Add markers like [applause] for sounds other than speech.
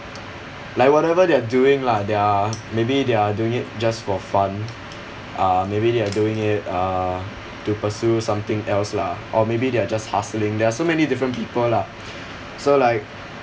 like whatever they are doing lah they're maybe they're doing it just for fun uh maybe they're doing it uh to pursue something else lah or maybe they are just hustling there are so many different people lah [breath] so like